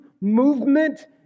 movement